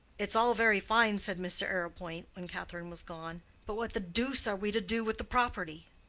it's all very fine, said mr. arrowpoint, when catherine was gone but what the deuce are we to do with the property?